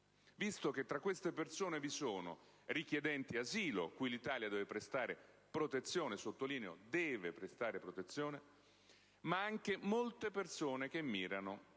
visto che tra queste persone vi sono richiedenti asilo, cui l'Italia deve prestare protezione, lo sottolineo, ma anche molte persone che mirano